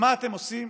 ומה אתם עושים?